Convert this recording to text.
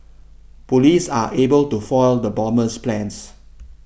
police are able to foil the bomber's plans